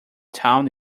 town